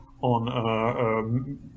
on